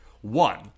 One